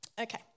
Okay